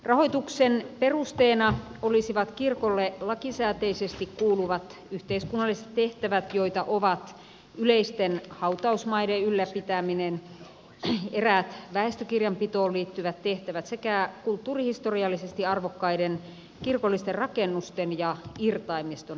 rahoituksen perusteena olisivat kirkolle lakisääteisesti kuuluvat yhteiskunnalliset tehtävät joita ovat yleisten hautausmaiden ylläpitäminen eräät väestökirjanpitoon liittyvät tehtävät sekä kulttuurihistoriallisesti arvokkaiden kirkollisten rakennusten ja irtaimiston ylläpito